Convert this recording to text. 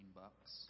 bucks